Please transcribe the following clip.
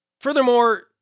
Furthermore